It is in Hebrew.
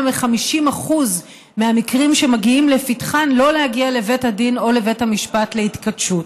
מ-50% מהמקרים שמגיעים לפתחן לא יגיעו לבית הדין או לבית המשפט להתכתשות.